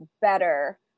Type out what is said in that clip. better